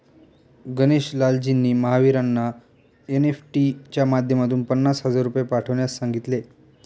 गणेश लालजींनी महावीरांना एन.ई.एफ.टी च्या माध्यमातून पन्नास हजार रुपये पाठवण्यास सांगितले